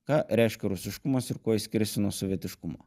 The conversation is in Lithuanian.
ką reiškia rusiškumas ir kuo jis skiriasi nuo sovietiškumo